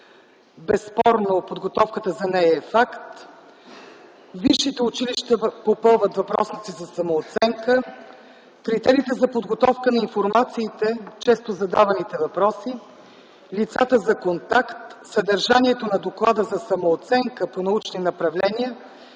Безспорно подготовката за нея е факт. Висшите училища попълват въпросници за самооценка. Критериите за подготовка на информациите, често задаваните въпроси, лицата за контакт, съдържанието на доклада за самооценка по научни направления